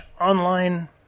online